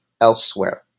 elsewhere